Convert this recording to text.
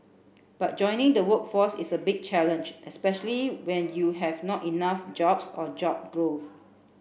but joining the workforce is a big challenge especially when you have not enough jobs or job growth